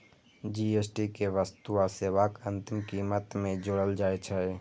GST कें वस्तु आ सेवाक अंतिम कीमत मे जोड़ल जाइ छै